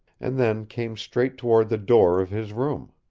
and then came straight toward the door of his room.